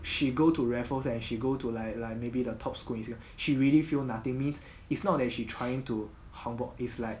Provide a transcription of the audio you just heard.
she go to raffles and she go to like like maybe the top school easier she really feel nothing means it's not that she trying to humble it's like